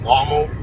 Normal